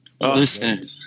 Listen